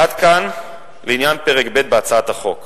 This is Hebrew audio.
עד כאן לעניין פרק ב' בהצעת החוק.